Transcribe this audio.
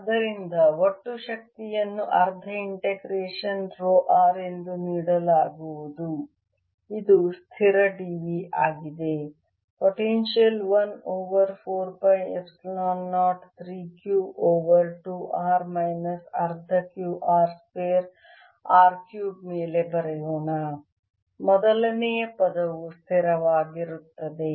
ಆದ್ದರಿಂದ ಒಟ್ಟು ಶಕ್ತಿಯನ್ನು ಅರ್ಧ ಇಂಟಿಗ್ರೇಷನ್ ರೋ r ಎಂದು ನೀಡಲಾಗುವುದು ಇದು ಸ್ಥಿರ dv ಆಗಿದೆ potential 1 over 4 pi epsilon 0 3 Q over 2 R minus ಅರ್ಧ Q r square R cube ಮೇಲೆ ಬರೆಯೋಣ ಮೊದಲನೆಯ ಪದವು ಸ್ಥಿರವಾಗಿರುತ್ತದೆ